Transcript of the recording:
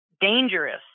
dangerous